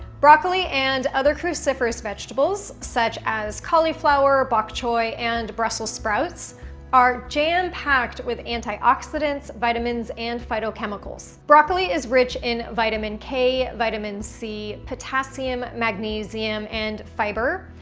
broccoli and other cruciferous vegetables such as cauliflower, bok choy, and brussels sprouts are jam-packed with antioxidants, vitamins and phytochemicals. broccoli is rich in vitamin k, vitamin c, potassium, magnesium and fiber,